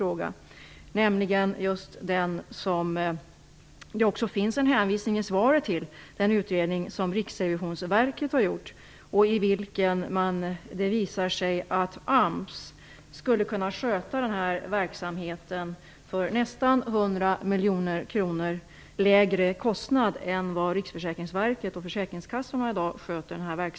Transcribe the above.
Det är densamma som det också finns en hänvisning till i svaret, nämligen den utredning som Riksrevisionsverket har gjort och i vilken det visar sig att AMS skulle kunna sköta den här verksamheten för nästan 100 miljoner kronor lägre kostnad än vad Riksförsäkringsverket och försäkringskassorna i dag gör.